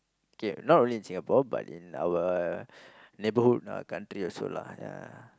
okay not really in Singapore but in our neighbourhood our country also lah ya